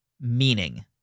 meaning